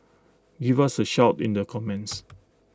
give us A shout in the comments